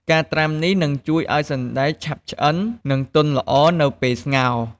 ការត្រាំនេះនឹងជួយឱ្យសណ្ដែកឆាប់ឆ្អិន និងទន់ល្អនៅពេលស្ងោរ។